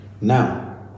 Now